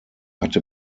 hatte